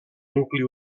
nucli